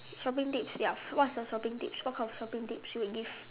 shopping tips ya what's your shopping tips what kind of shopping tips you would give